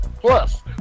Plus